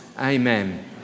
amen